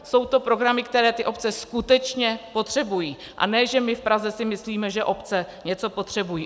Jsou to programy, které ty obce skutečně potřebují, a ne že my v Praze si myslíme, že obce něco potřebují.